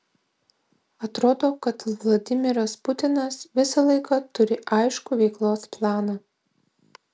atrodo kad vladimiras putinas visą laiką turi aiškų veiklos planą